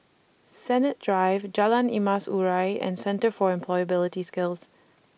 Sennett Drive Jalan Emas Urai and Centre For Employability Skills